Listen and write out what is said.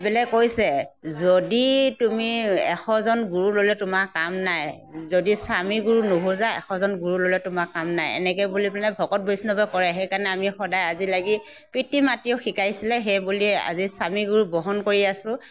বোলে কৈছে যদি তুমি এশজন গুৰু ল'লে তোমাৰ কাম নাই যদি স্বামীগুৰু নোসোজা এশজন গুৰু ল'লে তোমাৰ কাম নাই এনেকৈ বুলি পেলাই ভকত বৈষ্ণৱে কৰে সেইকাৰণে বুলি আমি সদায় আজি লাগি পিতৃ মাতৃও শিকাইছিলে সেইবুলিয়ে আজি স্বামীগুৰু বহন কৰি আছোঁ